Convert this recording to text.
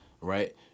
right